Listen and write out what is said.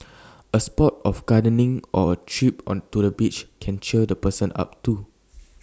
A spot of gardening or A trip on to the beach can cheer the person up too